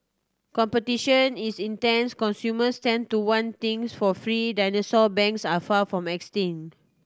competition is intense consumers tend to want things for free dinosaur banks are far from extinct